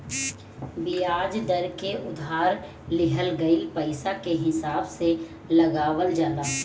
बियाज दर के उधार लिहल गईल पईसा के हिसाब से लगावल जाला